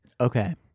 okay